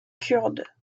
kurde